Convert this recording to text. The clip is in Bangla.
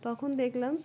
তখন দেখলাম